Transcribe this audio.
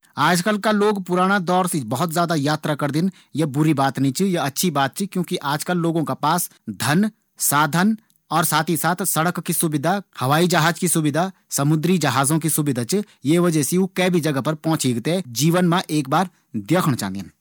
आजकल का लोग पुराणा दौर सी बहुत ज्यादा यात्रा करदिन। या बुरी बात नी च। आज का लोगों का पास तमाम वू सुविधा छन जु पैली नी होंदी छै। जन कि धन, साधन, सड़क और हवाई जहाज की सुविधा, समुद्री जहाजों की सुविधा च। ये वजह सी वू कै भी जगह पर पोंछी थें जीवन मा एक बार देखणा चाँदिन।